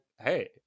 hey